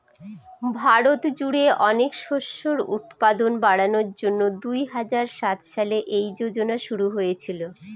ভারত জুড়ে অনেক শস্যের উৎপাদন বাড়ানোর জন্যে দুই হাজার সাত সালে এই যোজনা শুরু হয়েছিল